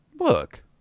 Look